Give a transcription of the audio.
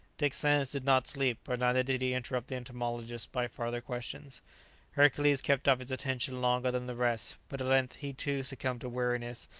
dick sands did not sleep, but neither did he interrupt the entomologist by farther questions hercules kept up his attention longer than the rest, but at length he too succumbed to weariness,